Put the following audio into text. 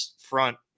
front